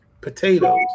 potatoes